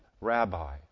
Rabbi